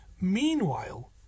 meanwhile